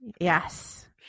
Yes